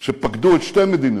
ובטרור שפקדו את שתי מדינותינו,